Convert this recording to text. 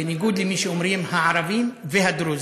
בניגוד למי שאומרים "הערבים והדרוזים",